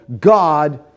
God